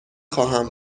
خواهم